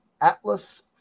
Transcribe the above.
Atlas